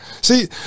See